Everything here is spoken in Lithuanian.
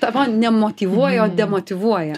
tava nemotyvuoja o demotyvuoja